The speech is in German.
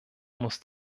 muss